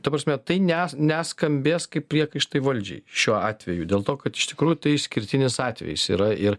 ta prasme tai ne neskambės kaip priekaištai valdžiai šiuo atveju dėl to kad iš tikrųjų tai išskirtinis atvejis yra ir